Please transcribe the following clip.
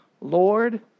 Lord